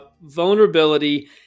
Vulnerability